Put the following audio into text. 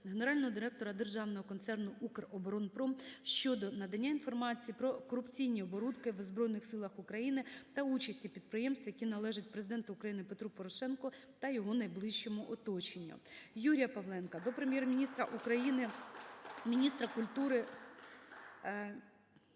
генерального директора Державного концерну «Укроборонпром» щодо надання інформації про корупційні оборудки в Збройних Силах України та участі підприємств, які належать Президенту України Петру Порошенку та його найближчому оточенню. Юрія Павленка до Прем'єр-міністра України,